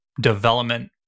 development